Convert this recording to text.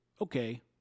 okay